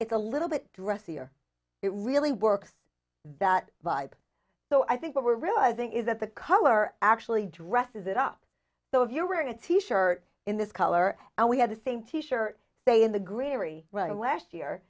it's a little bit dressier it really works that vibe so i think what we're realizing is that the color actually dresses it up so if you're wearing a t shirt in this color and we have the same t shirt say in the greenery last year